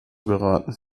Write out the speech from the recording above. geraten